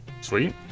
Sweet